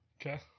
Okay